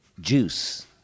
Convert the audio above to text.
juice